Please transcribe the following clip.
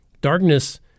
Darkness